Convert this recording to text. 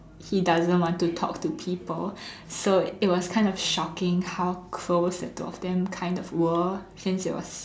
he doesn't want to talk to people so it was kind of shocking how close the two of them kind of were since it was